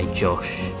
Josh